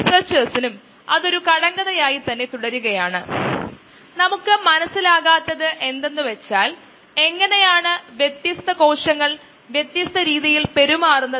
കൂട്ടിച്ചേർക്കലോ നീക്കംചെയ്യലോ ഇല്ലാതെ ബാച്ച് റിയാക്ടറിനുള്ളിലാണ് പ്രക്രിയ നടക്കുന്നത് ബാച്ച് സമയത്തിന്റെ അവസാനത്തിൽ നമ്മൾ ഉള്ളടക്കങ്ങൾ പുറത്തെടുത്ത് പ്രോസസ്സിംഗിന് പോകുക